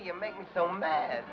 you make me so mad